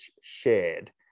shared